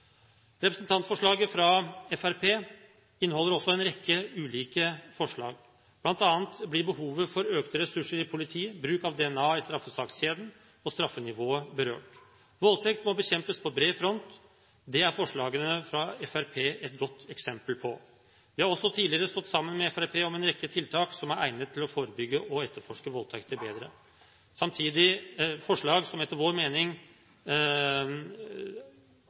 Representantforslaget fra Fremskrittspartiet inneholder en rekke ulike forslag. Blant annet blir behovet for økte ressurser i politiet samt bruk av DNA i straffesakskjeden og straffenivået berørt. Voldtekt må bekjempes på bred front. Det er forslagene fra Fremskrittspartiet et godt eksempel på. Vi har også tidligere stått sammen med Fremskrittspartiet om en rekke tiltak som er egnet til å forebygge og gjøre etterforsking av voldtekter bedre – samtidig forslag som etter vår mening